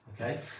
Okay